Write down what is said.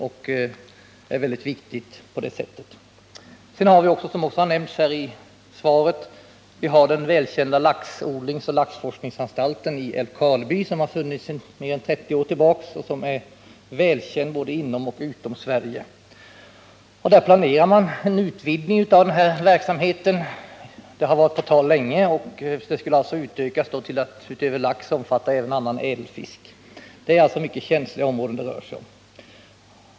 I Älvkarleby finns vidare, vilket också nämnts i svaret, en laxodlingsoch laxforskningsanstalt. Den har funnits där i mer än 30 år och är välkänd både inom och utom Sverige. En utvidgning av verksamheten har varit på tal länge, så att den utöver lax även skulle omfatta annan ädelfisk. Det är alltså mycket känsliga områden det rör sig om.